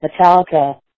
Metallica